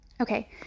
okay